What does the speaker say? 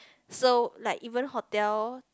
so like even hotel